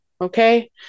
okay